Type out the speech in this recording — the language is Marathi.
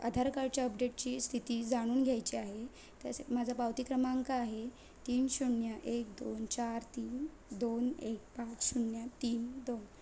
आधार कार्डच्या अपडेटची स्थिती जाणून घ्यायची आहे तसं माझं पावती क्रमांक आहे तीन शून्य एक दोन चार तीन दोन एक पाच शून्य तीन दोन